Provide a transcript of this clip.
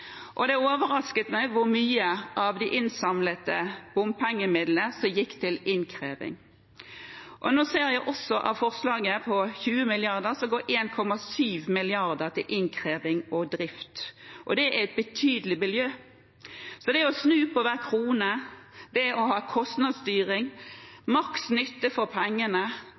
og det overrasket meg hvor mye av de innsamlede bompengemidlene som gikk til innkreving. Nå ser jeg også at av forslaget om 20 mrd. kr går 1,7 mrd. kr til innkreving og drift. Det er et betydelig beløp. Så det å snu på hver krone, det å ha kostnadsstyring, maks nytte for pengene,